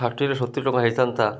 ଷାଠିଏ ରୁ ସତୁରି ଟଙ୍କା ହେଇଥାନ୍ତା